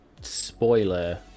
spoiler